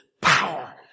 power